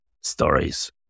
stories